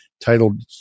titled